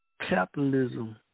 capitalism